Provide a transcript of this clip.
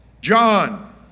John